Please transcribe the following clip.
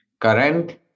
current